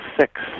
six